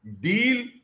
deal